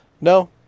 No